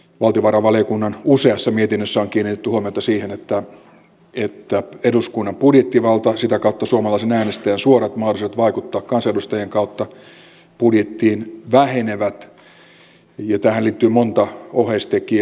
valtiovarainvaliokunnan useassa mietinnössä on kiinnitetty huomiota siihen että eduskunnan budjettivalta ja sitä kautta suomalaisen äänestäjän suorat mahdollisuudet vaikuttaa kansanedustajien kautta budjettiin vähenevät ja tähän liittyy monta oheistekijää